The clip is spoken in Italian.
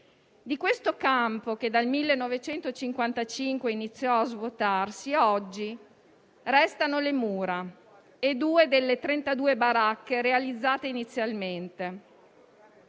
Di questo campo, che dal 1955 iniziò a svuotarsi, oggi restano le mura e due delle trentadue baracche realizzate inizialmente.